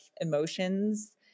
emotions